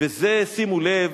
וזה, שימו לב,